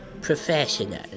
Professional